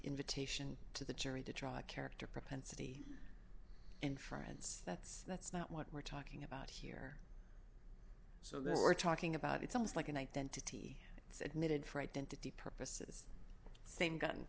invitation to the jury to try a character propensity in france that's that's not what we're talking about here so this we're talking about it's almost like an identity it's admitted for identity purpose thing gotten